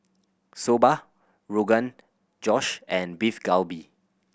Soba Rogan Josh and Beef Galbi